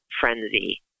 frenzy